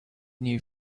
new